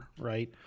Right